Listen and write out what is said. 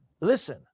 Listen